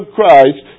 Christ